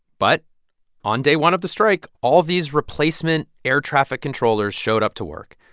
but on day one of the strike, all these replacement air traffic controllers showed up to work.